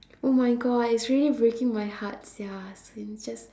oh my god it's really breaking my heart sia as in just